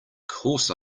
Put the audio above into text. course